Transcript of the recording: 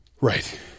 Right